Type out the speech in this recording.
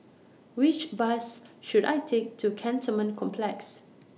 Which Bus should I Take to Cantonment Complex